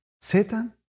Satan